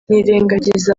nirengagiza